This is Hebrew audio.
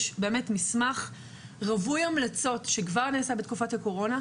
יש מסמך רווי המלצות שנעשה כבר בתקופת הקורונה,